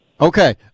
Okay